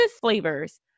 flavors